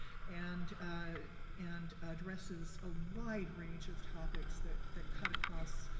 and and addresses a wide range of topics that that cut across